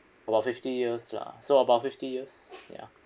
about fifty years lah so about fifty years ya